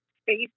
space